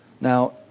Now